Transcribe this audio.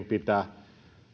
pitää